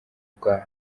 rwa